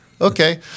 Okay